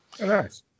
Nice